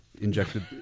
injected